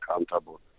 accountable